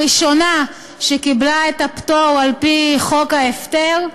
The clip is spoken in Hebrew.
הראשונה שקיבלה את הפטור על-פי חוק ההפטר,